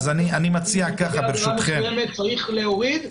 ואם לגבי עבירה מסוימת צריך להפחית,